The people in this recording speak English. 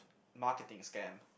marketing scam